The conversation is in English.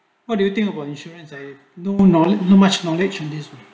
what do you think about insurance eh no knowledge no much knowledge and israel